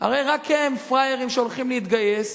הרי רק הם פראיירים שהולכים להתגייס,